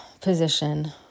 position